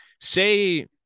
say